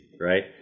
right